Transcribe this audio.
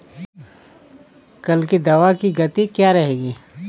कल की हवा की गति क्या रहेगी?